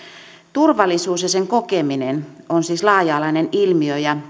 turvallisuus ja sen kokeminen on siis laaja alainen ilmiö ja